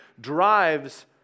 drives